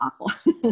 awful